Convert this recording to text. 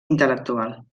intel·lectual